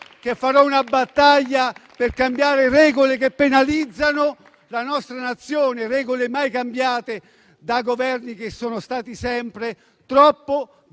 che farà una battaglia per cambiare regole che penalizzano la nostra Nazione; regole mai cambiate da Governi che sono stati sempre troppo